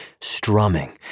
strumming